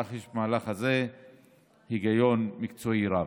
אך יש במהלך הזה היגיון מקצועי רב.